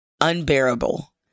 unbearable